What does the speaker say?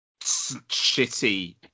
shitty